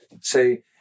Say